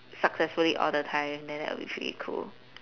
successfully all the time then that'll be pretty cool